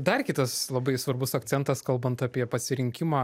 dar kitas labai svarbus akcentas kalbant apie pasirinkimą